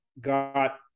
got